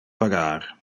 pagar